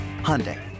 Hyundai